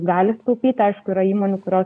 gali sutaupyt aišku yra įmonių kurios